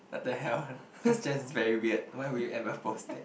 what the hell that's just very weird why would you ever post that